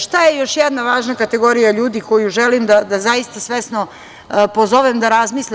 Šta je još jedna važna kategorija ljudi koju želim da zaista svesno pozovem da razmisle?